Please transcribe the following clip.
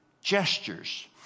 gestures